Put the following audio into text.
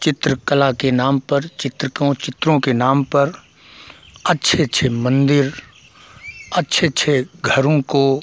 चित्रकला के नाम पर चित्रकों चित्रों के नाम पर अच्छे अच्छे मन्दिर अच्छे अच्छे घरों को